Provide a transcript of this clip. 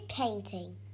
painting